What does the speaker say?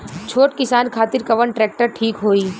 छोट किसान खातिर कवन ट्रेक्टर ठीक होई?